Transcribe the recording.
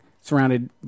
surrounded